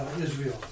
Israel